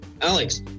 Alex